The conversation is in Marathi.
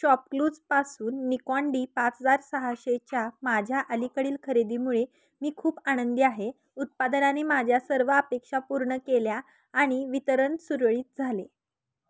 शॉपक्लूज पासून निकोन डी पाच हजार सहाशेच्या माझ्या अलीकडील खरेदीमुळे मी खूप आनंदी आहे उत्पादनाने माझ्या सर्व अपेक्षा पूर्ण केल्या आणि वितरण सुरळीत झाले